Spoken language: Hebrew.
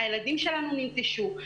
הילדים שלנו ננטשו.